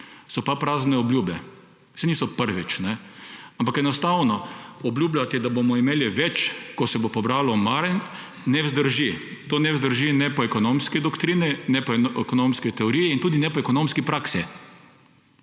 so pa prazne obljube. Saj niso prvič, kajne. Ampak enostavno obljubljati, da bomo imeli več, ko se bo pobralo manj, ne vzdrži. To ne vzdrži ne po ekonomski doktrini, ne po ekonomski teoriji in tudi ne po ekonomski praksi.